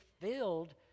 filled